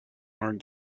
more